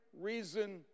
reason